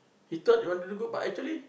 he thought he want to do but actually